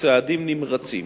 צעדים נמרצים